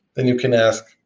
then you can ask,